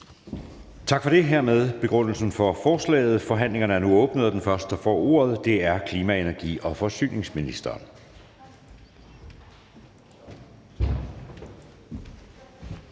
Tak for det. Det var hermed begrundelsen for forslaget. Forhandlingen er nu åbnet, og den første, der får ordet, er klima-, energi- og forsyningsministeren.